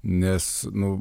nes nu